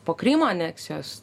po krymo aneksijos